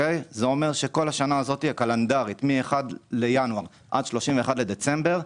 זה אומר שכל השנה הקלנדרית מאחד בינואר עד 31 בדצמבר,